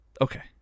Okay